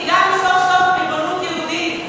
קיבלנו סוף-סוף ריבונות יהודית.